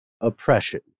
oppression